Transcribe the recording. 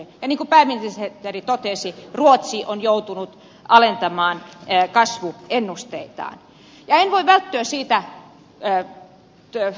ja niin kuin pääministeri totesi ruotsi on joutunut alentamaan ei kasva ennusteita ja ivainä ja siitä että kasvuennusteitaan